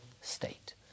state